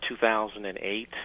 2008